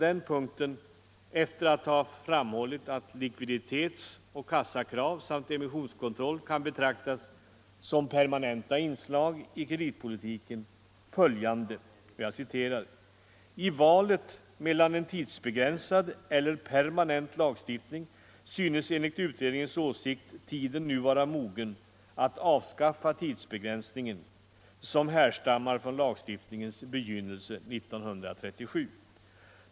Efter att ha framhållit att likviditets-och kassakrav samt emissionskontroll kan betraktas som permanenta inslag i kreditpolitiken anförde utredningen följande: ”I valet mellan en tidsbegränsad eller permanent lagstiftning synes enligt utredningens åsikt tiden nu vara mogen att avskaffa tidsbegränsningen, som härstammar från lagstiftningens begynnelse 1937.